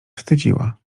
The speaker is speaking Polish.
wstydziła